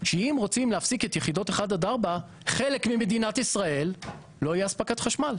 שאם רוצים להפסיק את יחידות 1-4 לחלק ממדינת ישראל לא תהיה אספקת חשמל.